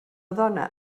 dona